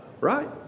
Right